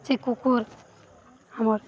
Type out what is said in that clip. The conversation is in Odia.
ସେ କୁକୁର ଆମର